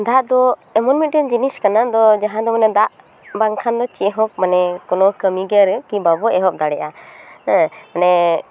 ᱫᱟᱜ ᱫᱚ ᱮᱢᱚᱱ ᱢᱤᱫᱴᱮᱱ ᱡᱤᱱᱤᱥ ᱠᱟᱱᱟ ᱫᱚ ᱡᱟᱦᱟᱸ ᱫᱚ ᱫᱟᱜ ᱵᱟᱝᱠᱷᱟᱱ ᱫᱚ ᱪᱮᱫ ᱦᱚᱸ ᱢᱟᱱᱮ ᱠᱳᱱᱳ ᱠᱟᱹᱢᱤ ᱜᱮ ᱵᱟᱵᱚ ᱮᱦᱚᱵ ᱫᱟᱲᱮᱭᱟᱜᱼᱟ ᱦᱮᱸ ᱢᱟᱱᱮ